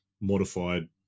modified